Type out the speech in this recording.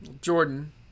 jordan